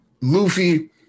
Luffy